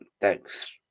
thanks